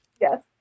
Yes